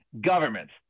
governments